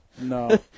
No